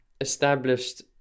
established